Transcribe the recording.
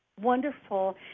wonderful